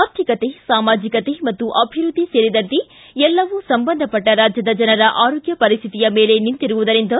ಆರ್ಥಿಕತೆ ಸಾಮಾಜಿಕತೆ ಮತ್ತು ಅಭಿವೃದ್ಧಿ ಸೇರಿದಂತೆ ಎಲ್ಲವೂ ಸಂಬಂಧಪಟ್ಟ ರಾಜ್ಯದ ಜನರ ಆರೋಗ್ಯ ಪರಿಸ್ಥಿತಿಯ ಮೇಲೆ ನಿಂತಿರುವುದರಿಂದ